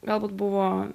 galbūt buvo